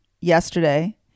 yesterday